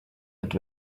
and